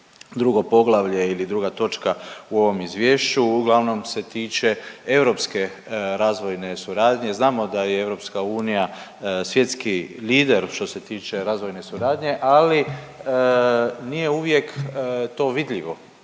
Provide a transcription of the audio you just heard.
drugo poglavlje ili druga točka u ovom izvješću. Uglavnom se tiče europske razvojne suradnje. Znamo da je EU svjetski lider što se tiče razvojne suradnje ali nije uvijek to vidljivo.